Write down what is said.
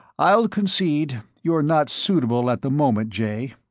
i'll concede you're not suitable at the moment, jay.